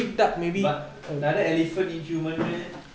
but another elephant eat human meh